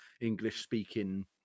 English-speaking